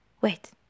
Wait